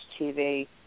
TV